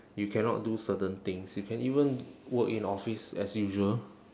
you cannot do certain things you can even work in office as usual